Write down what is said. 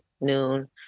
noon